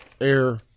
Air